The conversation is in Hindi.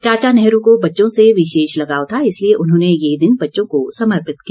चाचा नेहरू को बच्चों से विशेष लगाव था इसलिये उन्होंने ये दिन बच्चों को समर्पित किया